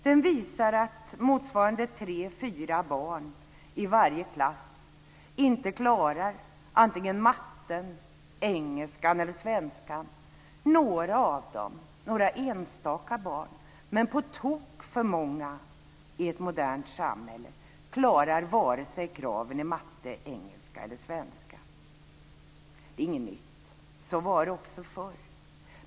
Den visar att motsvarande 3-4 barn i varje klass inte klarar antingen matten, engelskan eller svenskan. Några av dem, några enstaka barn, men på tok för många i ett modernt samhälle, klarar inte kraven i vare sig matte, engelska eller svenska. Det är inget nytt. Så var det förr också.